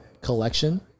collection